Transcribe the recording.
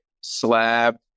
slab